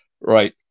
Right